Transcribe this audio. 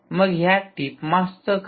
मग ह्या टीप मासच काय